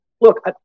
Look